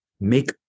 make